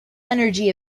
energy